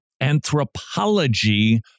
anthropology